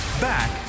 Back